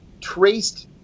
traced